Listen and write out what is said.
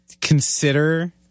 consider